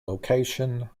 location